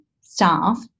staff